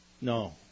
No